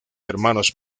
hermanos